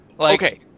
Okay